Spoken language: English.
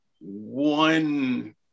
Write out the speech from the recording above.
one